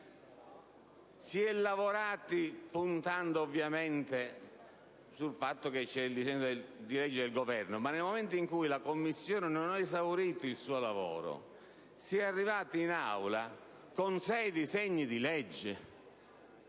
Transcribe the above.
si è lavorato puntando naturalmente ad assumere come testo base il disegno di legge del Governo, ma nel momento in cui la Commissione non ha esaurito il suo lavoro, si è arrivati in Aula con sei disegni di legge,